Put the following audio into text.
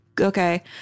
Okay